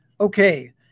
Okay